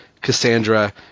Cassandra